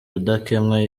rudakemwa